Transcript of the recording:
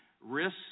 risks